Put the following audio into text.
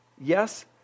Yes